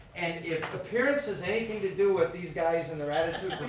and if appearance has anything to do with these guys and their attitude